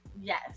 Yes